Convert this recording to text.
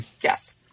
yes